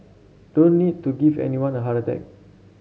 don't need to give anyone a heart attack